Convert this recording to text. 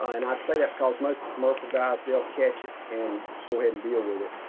ah and i'd say that because most the commercial guys, they'll catch it and go ahead and deal with it.